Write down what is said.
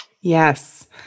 Yes